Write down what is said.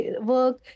work